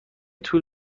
طول